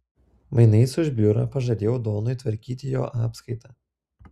mainais už biurą pažadėjau donui tvarkyti jo apskaitą